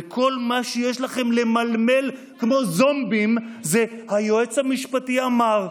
וכל מה שיש לכם למלמל כמו זומבים זה: היועץ המשפטי אמר.